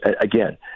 again